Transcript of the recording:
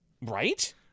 Right